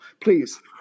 Please